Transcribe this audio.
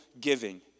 giving